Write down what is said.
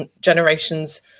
generations